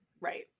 Right